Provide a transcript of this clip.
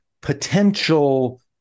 potential